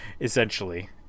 essentially